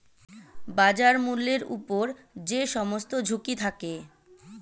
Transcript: বাজার মূল্যের উপর যে সমস্ত ঝুঁকি থাকে